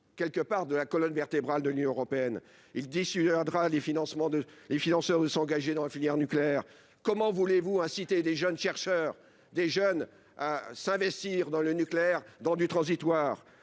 font partie de la colonne vertébrale de l'Union européenne. Il dissuadera les financeurs de s'engager dans la filière nucléaire. Comment voulez-vous inciter les chercheurs et les jeunes à s'engager dans une filière transitoire ?